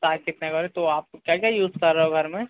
साकेत नगर तो आप क्या क्या यूज़ कर रहे हो घर में